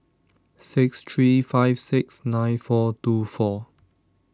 six three five six nine four two four